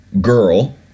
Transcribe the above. girl